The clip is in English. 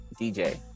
DJ